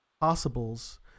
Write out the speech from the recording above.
possibles